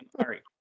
sorry